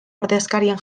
ordezkarien